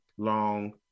long